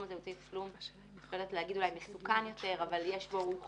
הזה הוא אמצעי תשלום לא אומר מסוכן יותר הוא חושף